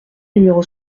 numéro